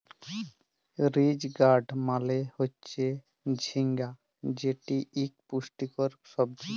ridge gourd মালে হচ্যে ঝিঙ্গা যেটি ইক পুষ্টিকর সবজি